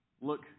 Look